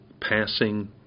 passing